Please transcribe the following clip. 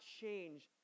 change